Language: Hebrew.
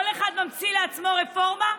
כל אחד ממציא לעצמו רפורמה,